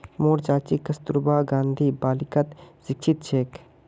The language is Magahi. मोर चाची कस्तूरबा गांधी बालिकात शिक्षिका छेक